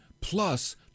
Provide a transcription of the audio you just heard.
plus